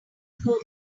ago